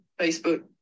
facebook